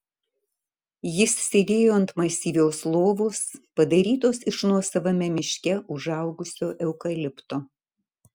jis sėdėjo ant masyvios lovos padarytos iš nuosavame miške užaugusio eukalipto